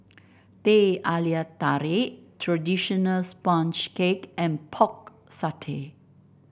Teh Halia Tarik traditional sponge cake and Pork Satay